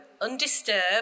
undisturbed